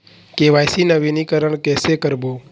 KYC नवीनीकरण कैसे करबो?